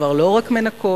כבר לא רק מנקות,